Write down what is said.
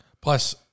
plus